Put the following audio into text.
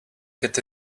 get